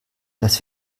dass